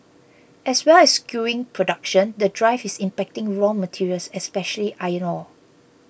as well as skewing production the drive is impacting raw materials especially iron ore